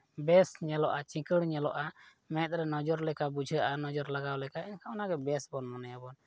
ᱵᱮᱥ ᱧᱮᱞᱚᱜᱼᱟ ᱪᱤᱠᱟᱹᱲ ᱧᱮᱞᱚᱜᱼᱟ ᱢᱮᱸᱫ ᱨᱮ ᱱᱚᱡᱚᱨ ᱞᱮᱠᱟ ᱵᱩᱡᱷᱟᱹᱜᱼᱟ ᱱᱚᱡᱚᱨ ᱞᱟᱜᱟᱣ ᱞᱮᱠᱷᱟᱡ ᱚᱱᱟᱜᱮ ᱵᱮᱥ ᱵᱚ ᱢᱚᱱᱮᱭᱟ ᱟᱵᱚ